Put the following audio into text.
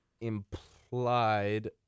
implied